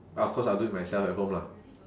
but of course I'll do it myself at home lah